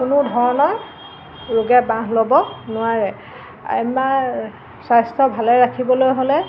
কোনো ধৰণৰ ৰোগে বাঁহ ল'ব নোৱাৰে আমাৰ স্বাস্থ্য ভালে ৰাখিবলৈ হ'লে